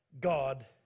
God